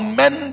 men